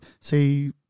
say